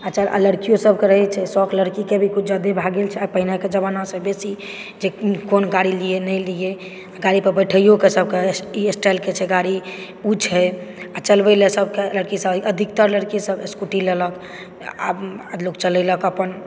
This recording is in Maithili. आ जब लड़कियोसभके रहैत छै शौक लड़कीके भी किछु ज्यादे भऽ गेल छै पहिनेके जमानामे बेसी जे कोन गाड़ी लियै नहि लियै गाड़ीपर बैठैयोके सभके ई स्टाइलके छै गाड़ी ओ छै आ चलबै लेल सभके अधिकतर लड़कीसभ स्कूटी लेलक आ लोक चलेलक अपन